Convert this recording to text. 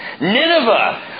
Nineveh